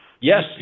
Yes